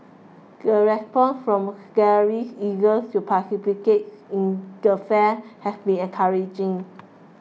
the response from galleries eager to participate in the fair has been encouraging